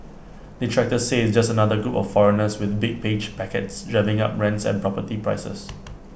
detractors say it's just another group of foreigners with big page packets driving up rents and property prices